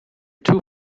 too